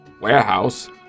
warehouse